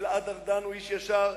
גלעד ארדן הוא איש ישר,